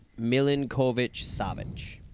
Milinkovic-Savic